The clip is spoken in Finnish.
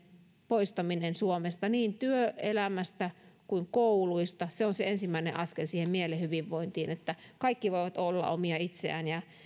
poistaminen suomesta niin työelämästä kuin kouluista se on se ensimmäinen askel siihen mielen hyvinvointiin että kaikki voivat olla omia itseään eikä